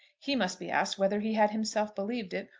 he must be asked whether he had himself believed it,